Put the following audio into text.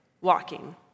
walking